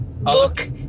Look